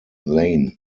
lane